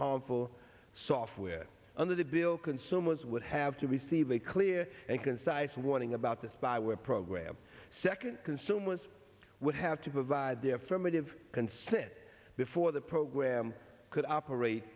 harmful software under the bill consumers would have to receive a clear and concise warning about the spyware program second consumers would have to provide the affirmative consent before the program could operate